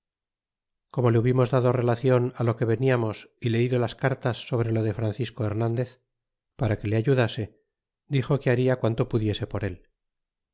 como le hubimos dado relacion á lo que veniamos y leido las cartas sobre lo de francisco hernandez para que le ayudase dixo que baria quanto pudiese por él